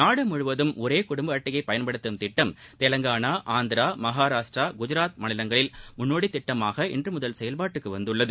நாடு முழுவதும் ஒரே குடும்ப அட்டையை பயன்படுத்தம் திட்டம் தெலங்கானா ஆந்திரா மகாராஷ்டிரா குஜராத் மாநிலங்களில் முன்னோடி திட்டமாக இன்று முதல் செயல்பாட்டுக்கு வந்துள்ளது